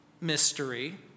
mystery